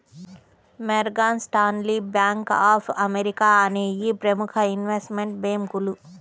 Morgan Stanley, Bank of America అనేయ్యి ప్రముఖ investment బ్యేంకులు